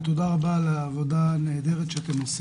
תודה רבה על העבודה הנהדרת שאתם,